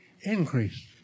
increase